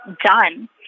done